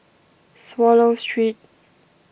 Swallow Street